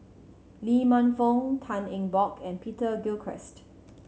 Lee Man Fong Tan Eng Bock and Peter Gilchrist